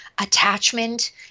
attachment